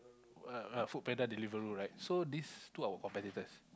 uh Food-Panda Deliveroo right so this two our competitors